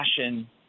fashion